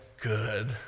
good